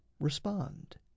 respond